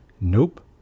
nope